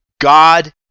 god